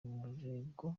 umurego